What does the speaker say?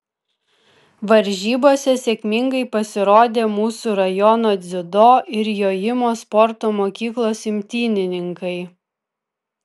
varžybose sėkmingai pasirodė mūsų rajono dziudo ir jojimo sporto mokyklos imtynininkai